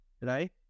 Right